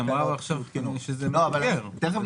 הזה עומד בבסיס